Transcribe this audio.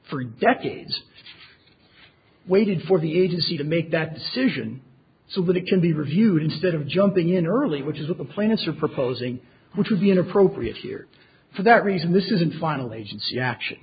for decades waited for the agency to make that decision so that it can be reviewed instead of jumping in early which is a planets are proposing which would be inappropriate here for that reason this is an finally agency action